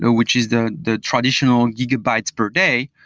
which is the the traditional gigabytes per day,